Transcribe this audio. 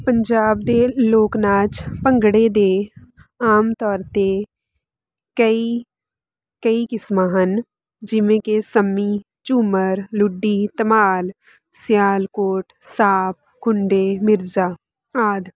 ਪੰਜਾਬ ਦੇ ਲੋਕ ਨਾਚ ਭੰਗੜੇ ਦੇ ਆਮ ਤੌਰ 'ਤੇ ਕਈ ਕਈ ਕਿਸਮਾਂ ਹਨ ਜਿਵੇਂ ਕਿ ਸੰਮੀ ਝੂਮਰ ਲੁੱਡੀ ਧਮਾਲ ਸਿਆਲਕੋਟ ਸਾਪ ਖੁੰਡੇ ਮਿਰਜ਼ਾ ਆਦਿ